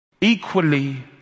equally